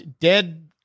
dead